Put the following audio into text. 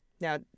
Now